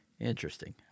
Interesting